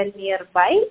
nearby